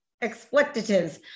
expletives